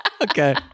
Okay